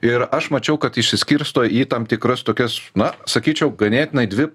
ir aš mačiau kad išsiskirsto į tam tikras tokias na sakyčiau ganėtinai dvi